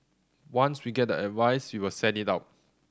once we get the advice we will send it out